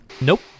Nope